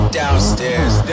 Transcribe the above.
downstairs